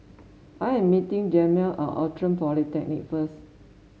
I am meeting Jameel at Outram Polyclinic first